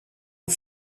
est